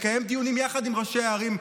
נקיים דיון יחד עם ראשי הערים.